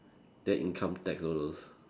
then income tax all those